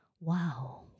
wow